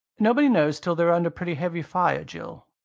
nobody knows till they're under pretty heavy fire, jill.